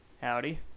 Howdy